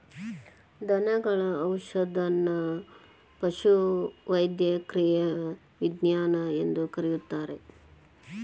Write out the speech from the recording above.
ದನಗಳ ಔಷಧದನ್ನಾ ಪಶುವೈದ್ಯಕೇಯ ವಿಜ್ಞಾನ ಎಂದು ಕರೆಯುತ್ತಾರೆ